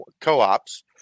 co-ops